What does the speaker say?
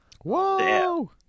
Whoa